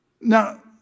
Now